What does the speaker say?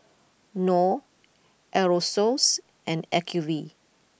Knorr Aerosoles and Acuvue